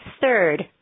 third